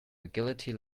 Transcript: agility